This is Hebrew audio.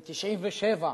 ב-1997,